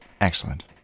Excellent